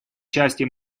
части